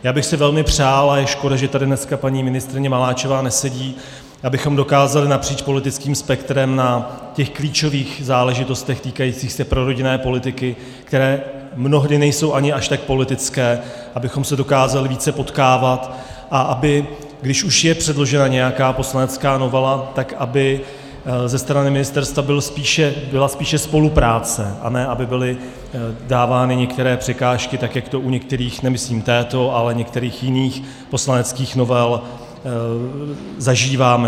Já bych si velmi přál a je škoda že tady dneska paní ministryně Maláčová nesedí abychom dokázali napříč politickým spektrem na těch klíčových záležitostech týkajících se prorodinné politiky, které mnohdy nejsou ani až tak politické, abychom se dokázali více potkávat a aby, když už je předložena nějaká poslanecká novela, tak aby ze strany ministerstva byla spíše spolupráce, a ne aby byly dávány některé překážky, tak jak to u některých nemyslím této ale některých jiných poslaneckých novel zažíváme.